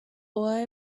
boy